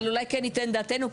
אולי כן ניתן דעתנו,